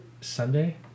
Sunday